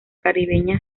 caribeña